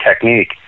technique